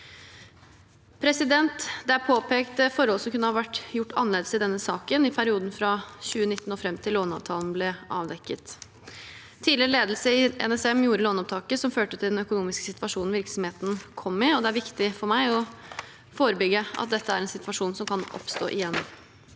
Det er påpekt forhold som kunne ha vært gjort annerledes i denne saken, i perioden fra 2019 og fram til låneavtalene ble avdekket. Tidligere ledelse i NSM gjorde låneopptaket som førte til den økonomiske situasjonen virksomheten kom i, og det er viktig for meg å forebygge at dette er en situasjon som kan oppstå igjen.